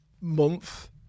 month